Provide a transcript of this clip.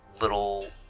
little